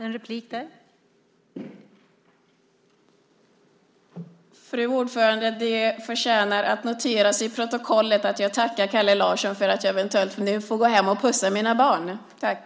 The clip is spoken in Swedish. Fru talman! Det förtjänar att noteras till protokollet att jag tackar Kalle Larsson för att jag eventuellt nu får gå hem och pussa mina barn. Tack!